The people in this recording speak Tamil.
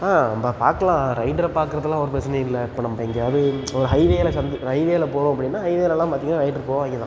நம்ப பார்க்கலாம் ரைடரை பார்க்கறதெல்லாம் ஒரு பிரச்சினையும் இல்லை இப்போ நம்ப எங்கேயாவது ஒரு ஹைவேயில் சந்து ஒரு ஹைவேயில் போகிறோம் அப்படின்னா ஹைவேலலாம் பார்த்திங்கன்னா ரைட்ரு போவாங்க தான்